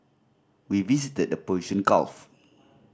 we visited the Persian Gulf